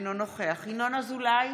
אינו נוכח ינון אזולאי,